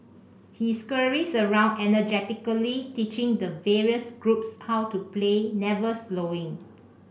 he scurries around energetically teaching the various groups how to play never slowing